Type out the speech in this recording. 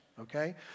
Okay